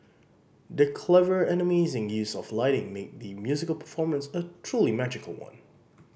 the clever and amazing use of lighting made the musical performance a truly magical one